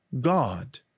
God